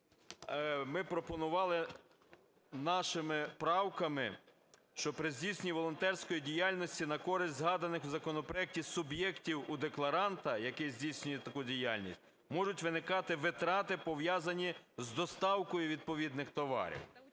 Ми пропонували нашими правками, що при здійсненні волонтерської діяльності на користь згаданих у законопроектів суб'єктів у декларанта, який здійснює таку діяльність, можуть виникати витрати, пов'язані з доставкою відповідних товарів.